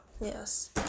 Yes